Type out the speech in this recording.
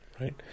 Right